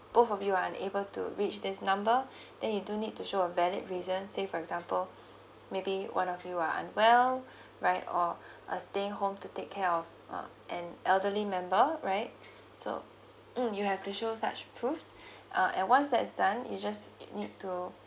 both of you are unable to reach this number then you do need to show a valid reason say for example maybe one of you are unwell right or uh staying home to take care of uh an elderly member right so mm you have to show such proofs uh and once that's done you just uh need to